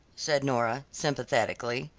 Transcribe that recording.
said nora, sympathetically.